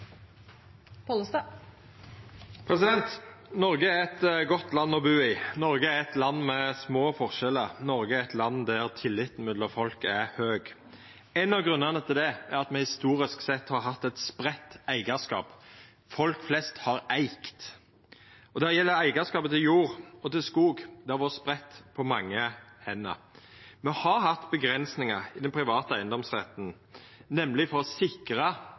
til. Noreg er eit godt land å bu i. Noreg er eit land med små forskjellar. Noreg er eit land der tilliten mellom folk er høg. Ein av grunnane til det er at me historisk sett har hatt eit spreitt eigarskap. Folk flest har eigd. Det gjeld òg eigarskapet til jord og til skog – det har vore spreitt på mange hender. Me har hatt avgrensingar i den private eigedomsretten, nettopp for å sikra